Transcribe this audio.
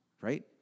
Right